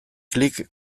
klik